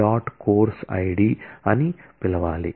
course id అని పిలవాలి